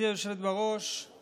תמנו שטה ולסגן